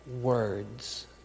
words